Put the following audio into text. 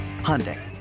Hyundai